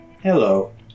Hello